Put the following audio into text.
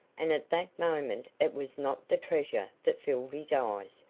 and at that moment it was not the treasure that filled his eyes,